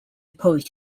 opposed